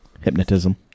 Hypnotism